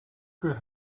could